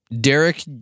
Derek